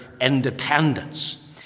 independence